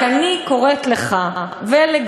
אני רק קוראת לך ולגפני,